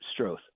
Stroth